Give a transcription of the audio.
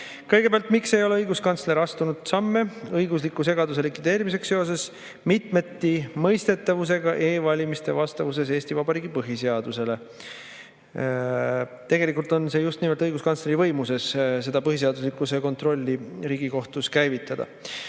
Kõigepealt, miks ei ole õiguskantsler astunud samme õigusliku segaduse likvideerimiseks seoses mitmetimõistetavusega e-valimiste vastavuses Eesti Vabariigi põhiseadusele? Tegelikult on just nimelt õiguskantsleri võimuses seda põhiseaduslikkuse kontrolli Riigikohtus käivitada.